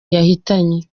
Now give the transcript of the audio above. yahitanye